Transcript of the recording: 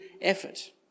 effort